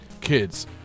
kids